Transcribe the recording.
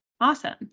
Awesome